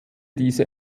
diese